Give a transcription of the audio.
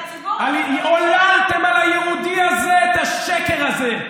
והציבור, העללתם על היהודי הזה את השקר הזה.